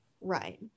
Right